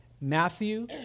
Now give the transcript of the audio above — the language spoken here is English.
Matthew